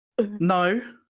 No